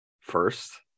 first